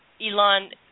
Elon